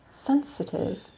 sensitive